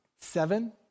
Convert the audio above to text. seven